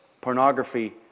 pornography